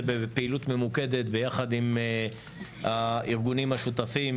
בפעילות ממוקדת ביחד עם הארגונים השותפים,